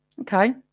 Okay